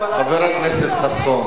חבר הכנסת חסון,